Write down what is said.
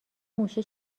موشه